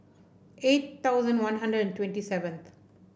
eight thousand One Hundred twenty seventh